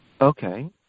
Okay